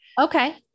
Okay